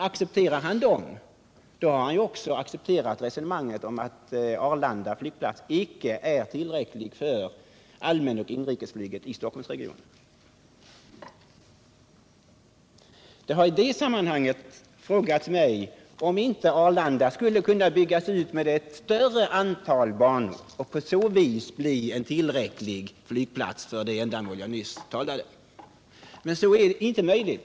Accepterar han dem, har han nämligen också godtagit resonemanget om att Arlanda flygplats icke är tillräcklig för allmänoch inrikesflyget i Stockholmsregionen. Jag har i det sammanhanget frågat mig om inte Arlanda skulle kunna byggas ut med ett större antal banor och på så sätt få tillräcklig kapacitet för det ändamål jag nyss nämnde. Det är emellertid inte möjligt.